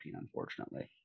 unfortunately